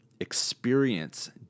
experience